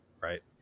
Right